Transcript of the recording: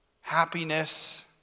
Happiness